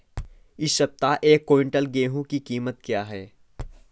इस सप्ताह एक क्विंटल गेहूँ की कीमत क्या है?